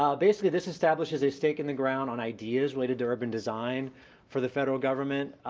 um basically, this establishes a stake in the ground on ideas related to urban design for the federal government.